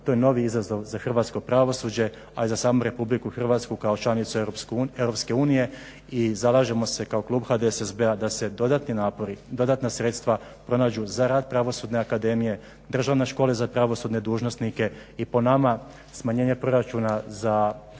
to je novi izazov za hrvatsko pravosuđe a i za samu RH kao članicu EU. I zalažemo se kao klub HDSSB-a da se dodatni napori, dodatna sredstva pronađu za rad Pravosudne akademije, Državne škole za pravosudne dužnosnike i po nama smanjenje proračuna na